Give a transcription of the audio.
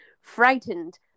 frightened